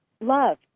love